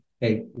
hey